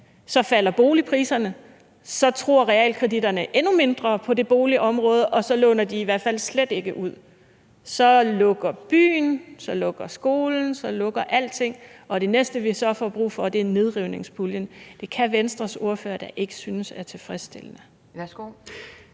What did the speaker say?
Så falder boligpriserne, så tror realkreditinstitutterne endnu mindre på det boligområde, og så låner de i hvert fald slet ikke ud. Så lukker byen, så lukker skolen, så lukker alting, og det næste, vi så får brug for, er nedrivningspuljen. Det kan Venstres ordfører da ikke synes er tilfredsstillende.